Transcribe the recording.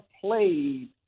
played